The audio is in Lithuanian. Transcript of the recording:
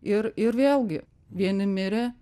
ir ir vėlgi vieni mirė